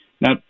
Now